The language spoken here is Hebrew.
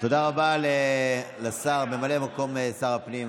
תודה רבה לשר, ממלא מקום שר הפנים,